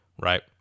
right